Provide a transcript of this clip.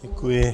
Děkuji.